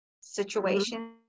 situation